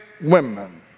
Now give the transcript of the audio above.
women